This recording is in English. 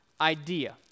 idea